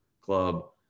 Club